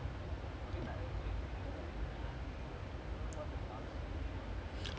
damn sad I mean like I got see his videos lah he legit like can dribble pass like நாலு அஞ்சு பேர்:naalu anju paer at one time